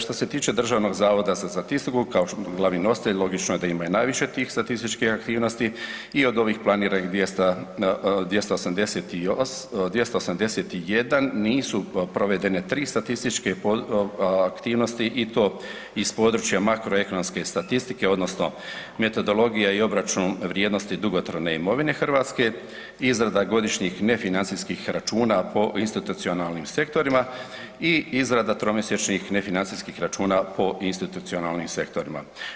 Što se tiče Državnog zavoda za statistiku kao glavni nositelj logično je da ima i najviše tih statističkih aktivnosti i od ovih planiranih 200, 281, nisu provedene 3 statističke aktivnosti i to iz područja makro ekonomske statistike odnosno Metodologija i obračun vrijednosti dugotrajne imovine Hrvatske, izrada godišnjih nefinancijskih računa po institucionalnim sektorima i izrada tromjesečnih nefinancijskih računa po institucionalnim sektorima.